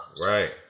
right